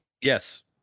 yes